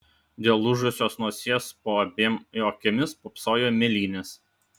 dėl lūžusios nosies po abiem jo akimis pūpsojo mėlynės